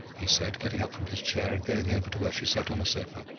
he said, getting up from his chair, and going over to where she sat on a sofa,